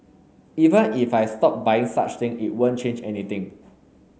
even if I stop buying such thing it won't change anything